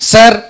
Sir